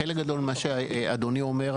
חלק גדול ממה שאדוני אומר,